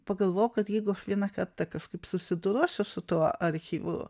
pagalvojau kad jeigu aš vieną kartą kažkaip susidursiu su tuo archyvu